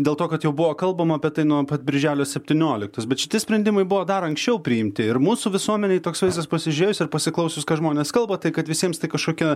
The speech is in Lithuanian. dėl to kad jau buvo kalbama apie tai nuo pat birželio septynioliktos bet šiti sprendimai buvo dar anksčiau priimti ir mūsų visuomenei toks vaizdas pasižiūrėjus ir pasiklausius ką žmonės kalba tai kad visiems tai kažkokia